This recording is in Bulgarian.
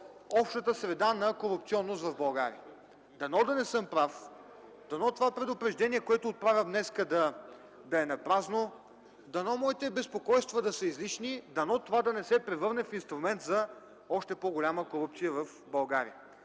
общата среда на корупционност в България. Дано да не съм прав! Дано това предупреждение, което отправям днес, да е напразно! Дано моите безпокойства да са излишни! Дано това да не се превърне в инструмент за още по-голяма корупция в България!